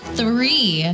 three